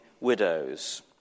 widows